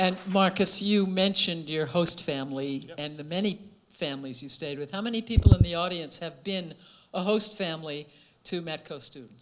and marcus you mentioned your host family and the many families you stay with how many people in the audience have been a host family to medco students